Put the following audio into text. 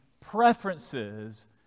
preferences